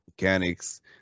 Mechanics